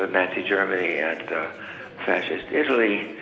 ah nazi germany and fascist italy,